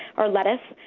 or lettuce.